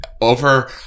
over